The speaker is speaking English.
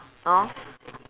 hor